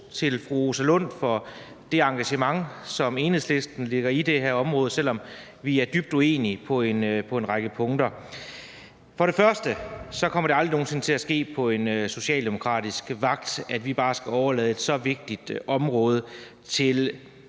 til fru Rosa Lund for det engagement, som Enhedslisten lægger i det her område, selv om vi er dybt uenige på en række punkter. For det første kommer det aldrig nogen sinde til at ske på en socialdemokratisk vagt, at vi bare skal overlade et så vigtigt område til